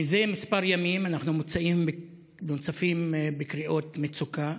מזה כמה ימים אנחנו מוצפים בקריאות מצוקה,